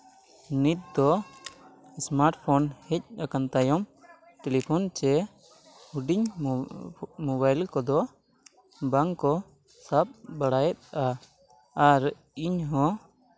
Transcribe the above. ᱱᱤᱛ ᱫᱚ smart phone ᱦᱮᱡᱽ ᱟᱠᱟᱱ ᱛᱟᱭᱚᱢ ᱴᱤᱞᱤᱯᱷᱳᱱ ᱪᱮ ᱦᱩᱰᱤᱧ ᱢᱳᱵᱟᱭᱤᱞ ᱠᱚᱫᱚ ᱵᱟᱝ ᱠᱚ ᱥᱟᱵᱽ ᱵᱟᱲᱟᱭᱮᱫᱼᱟ ᱟᱨ ᱤᱧ ᱦᱚᱸ